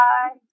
Bye